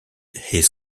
his